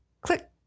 Click